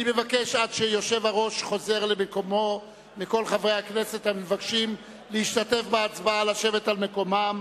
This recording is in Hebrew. אני מבקש מכל חברי הכנסת המבקשים להשתתף בהצבעה לשבת על מקומם.